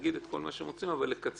להגיד כל מה שהם רוצים אבל לקצר,